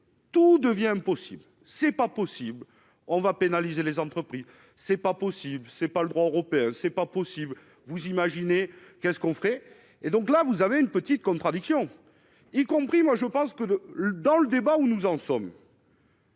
tout devient impossible, c'est pas possible, on va pénaliser les entreprises, c'est pas possible, c'est pas le droit européen, c'est pas possible, vous imaginez qu'est ce qu'on ferait, et donc là vous avez une petite contradiction, y compris moi, je pense que le dans le débat, où nous en sommes.